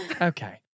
Okay